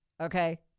okay